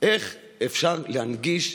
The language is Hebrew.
איך אפשר להנגיש,